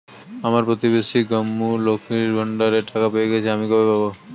আমার প্রতিবেশী গাঙ্মু, লক্ষ্মীর ভান্ডারের টাকা পেয়ে গেছে, আমি কবে পাব?